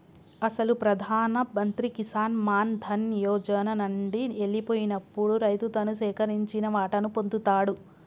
అసలు ప్రధాన మంత్రి కిసాన్ మాన్ ధన్ యోజన నండి ఎల్లిపోయినప్పుడు రైతు తను సేకరించిన వాటాను పొందుతాడు